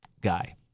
guy